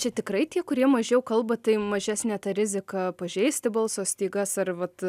čia tikrai tie kurie mažiau kalba tai mažesnė ta rizika pažeisti balso stygas ar vat